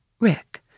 Rick